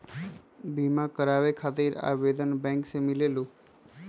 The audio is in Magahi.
बिमा कराबे खातीर आवेदन बैंक से मिलेलु?